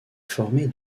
formée